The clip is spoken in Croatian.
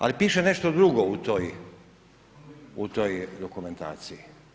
Ali, piše nešto drugo u toj dokumentaciji.